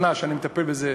שנה שאני מטפל בזה,